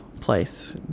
place